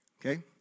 okay